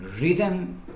rhythm